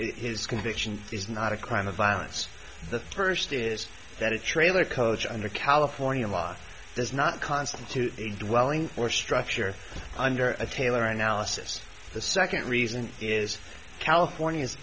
his conviction is not a crime of violence the first is that a trailer coach under california law does not constitute a dwelling or structure under a taylor analysis the second reason is california's